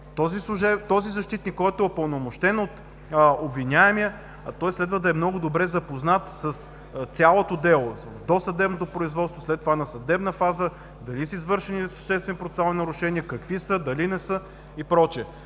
Този защитник, който е упълномощен от обвиняемия, следва да е много добре запознат с цялото дело – с досъдебното производство, след това на съдебна фаза – дали са извършени съществени процесуални нарушения, дали не са, и